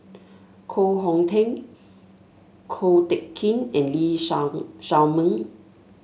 Koh Hong Teng Ko Teck Kin and Lee Shao Meng